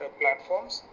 platforms